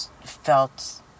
felt